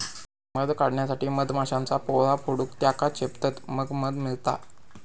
मध काढण्यासाठी मधमाश्यांचा पोळा फोडून त्येका चेपतत मग मध मिळता